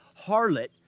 harlot